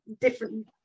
different